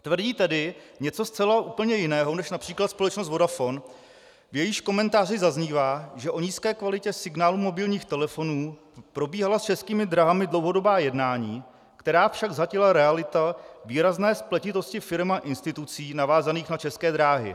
Tvrdí tedy něco zcela úplně jiného než například společnost Vodafone, v jejímž komentáři zaznívá, že o nízké kvalitě signálu mobilních telefonů probíhala s Českými dráhami dlouhodobá jednání, která však zhatila realita výrazné spletitosti firem a institucí navázaných na České dráhy.